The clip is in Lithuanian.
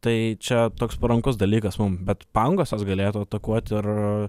tai čia toks parankus dalykas mum bet pangosas galėtų atakuot ir